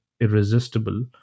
irresistible